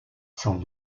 sont